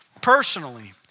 personally